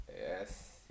yes